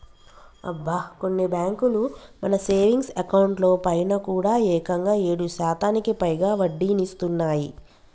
అబ్బా కొన్ని బ్యాంకులు మన సేవింగ్స్ అకౌంట్ లో పైన కూడా ఏకంగా ఏడు శాతానికి పైగా వడ్డీనిస్తున్నాయి